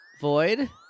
void